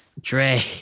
Dre